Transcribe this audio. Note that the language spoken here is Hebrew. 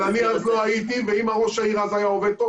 אני אז לא הייתי ואם ראש העיר אז היה עובד טוב,